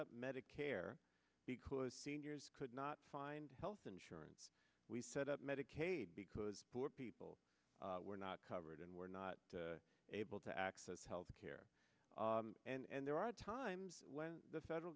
up medicare because seniors could not find health insurance we set up medicaid because poor people were not covered and were not able to access health care and there are times when the federal